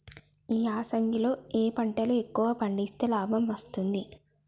ఈ యాసంగి లో ఏ పంటలు ఎక్కువగా పండిస్తే లాభం వస్తుంది?